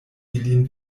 ilin